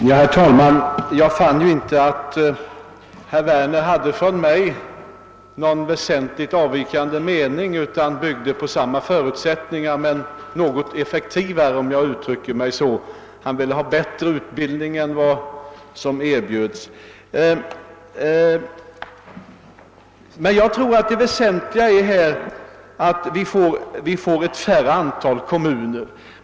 Herr talman! Jag fann i herr Werners anförande inte någon mening som väsentligt avviker från min egen. Herr Werner bygger sin uppfattning på samma förutsättningar, men han vill vara mera effektiv, om jag får uttrycka mig så. Han vill ha en bättre utbildning än den som erbjuds för närvarande. Jag tror emellertid att det viktigaste är att vi får ett färre antal kommuner.